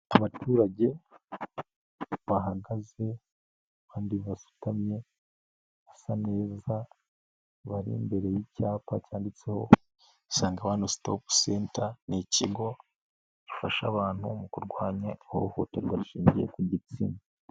Abaturage bahagaze abandi basutamye basa neza bari imbere y'icyapa cyanditseho Isange One Stop Center, ni ikigo gifasha abantu mu kurwanya ihohoterwa rishingiye ku gitsina.